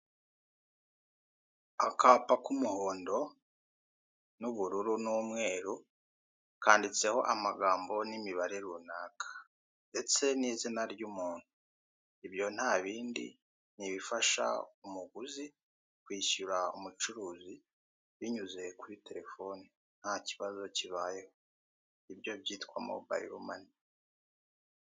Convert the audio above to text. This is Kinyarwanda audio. Akapa k'umuhondo n'ubururu n'umweru, kanditseho amagambo n'imibare runaka ndetse n'izina ry'umuntu. Ibyo ntabindi ni ibifasha umuguzi kwishyura umucuruzi, binyuze kuri telefone ntakibazo kibayeho nibyo byitwa mobayilo mani.